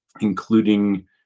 including